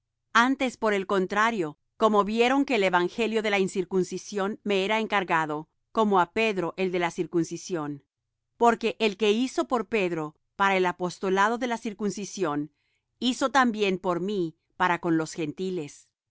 antes por el contrario como vieron que el evangelio de la incircuncisión me era encargado como á pedro el de la circuncisión porque el que hizo por pedro para el apostolado de la circuncisión hizo también por mí para con los gentiles